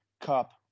cup